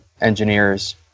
engineers